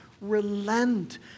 relent